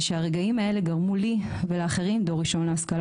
שהרגעים האלו גרמו לי ולאחרים שהם דור ראשון להשכלה